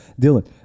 Dylan